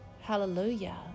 hallelujah